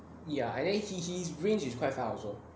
ya and then he his range is quite far also